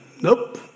Nope